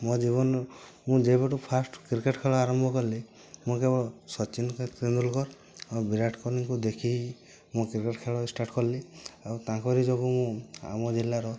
ମୋ ଜୀବନ ମୁଁ ଯେବେଠୁ ଫାର୍ଷ୍ଟ୍ କ୍ରିକେଟ୍ ଖେଳ ଆରମ୍ଭ କଲି ମୁଁ କେବଳ ସଚିନ୍ ତେନ୍ଦୁଲକର୍ ଆଉ ବିରାଟ କୋହଲିଙ୍କୁ ଦେଖି ହିଁ ମୁଁ କ୍ରିକେଟ୍ ଖେଳ ଷ୍ଟାର୍ଟ କଲି ଆଉ ତାଙ୍କରି ଯୋଗୁଁ ମୁଁ ଆମ ଜିଲ୍ଲାର